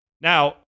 Now